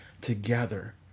together